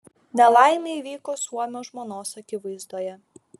nelaimė įvyko suomio žmonos akivaizdoje